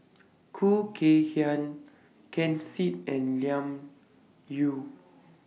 Khoo Kay Hian Ken Seet and Lim Yau